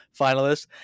finalists